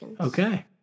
Okay